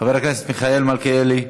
חבר הכנסת מיכאל מלכיאלי,